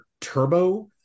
Turbo